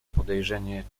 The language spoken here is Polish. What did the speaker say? podejrzenie